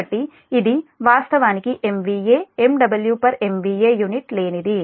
కాబట్టి ఇది వాస్తవానికి MVA MW MVA యూనిట్ లేనిది